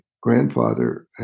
grandfather